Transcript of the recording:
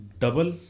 double